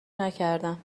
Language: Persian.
نکردم